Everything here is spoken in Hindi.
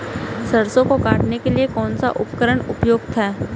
सरसों को काटने के लिये कौन सा उपकरण उपयुक्त है?